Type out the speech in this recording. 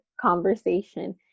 conversation